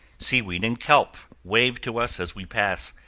seaweed and kelp wave to us as we pass,